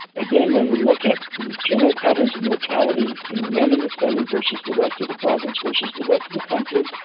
again when we look at general patterns of mortality in the men in the study versus the rest of the province, versus the rest of the country,